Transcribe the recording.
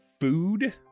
food